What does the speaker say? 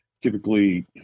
typically